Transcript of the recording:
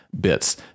bits